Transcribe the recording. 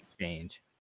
change